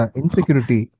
insecurity